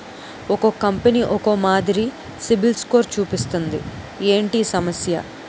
ఒక్కో కంపెనీ ఒక్కో మాదిరి సిబిల్ స్కోర్ చూపిస్తుంది ఏంటి ఈ సమస్య?